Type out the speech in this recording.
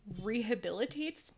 rehabilitates